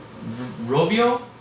rovio